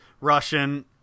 Russian